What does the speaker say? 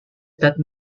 that